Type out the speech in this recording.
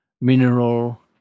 mineral